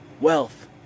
Wealth